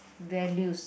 values